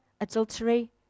adultery